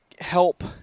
help